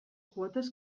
quotes